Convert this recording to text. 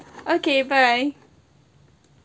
okay bye